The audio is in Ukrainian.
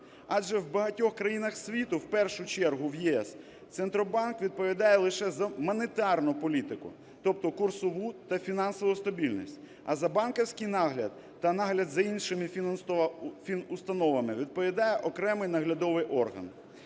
Адже в багатьох країнах світу, в першу чергу в ЄС, Центробанк відповідає лише за монетарну політику тобто курсову та фінансову стабільність. А за банківський нагляд та нагляд за іншими фінустановами, відповідає окремий наглядовий орган.